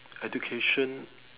education